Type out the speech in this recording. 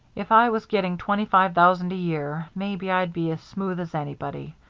if i was getting twenty-five thousand a year maybe i'd be as smooth as anybody.